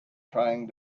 trying